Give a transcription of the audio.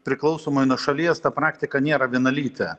priklausomai nuo šalies ta praktika nėra vienalytė